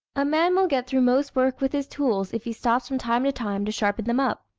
a man will get through most work with his tools, if he stops from time to time to sharpen them up.